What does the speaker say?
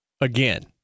Again